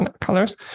colors